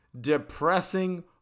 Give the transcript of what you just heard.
depressing